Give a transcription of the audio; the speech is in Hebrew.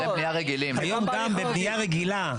היום בניה רגילה,